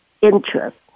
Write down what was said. interest